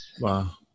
Wow